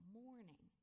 morning